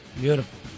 Beautiful